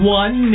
one